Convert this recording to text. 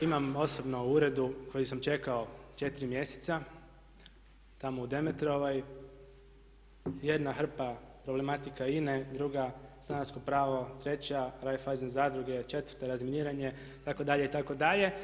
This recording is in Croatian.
Imam osobno u uredu koji sam čekao 4 mjeseca tamo u Demetrovoj jedna hrpa problematika INA-e, druga stanarsko pravo, treća Raiffeisen zadruge, četvrta razminiranje, itd., itd.